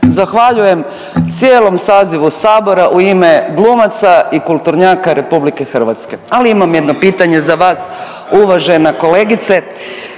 Zahvaljujem cijelom sazivu Sabora u ime glumaca i kulturnjaka RH. Ali imam jedno pitanje za vas, uvažena kolegice.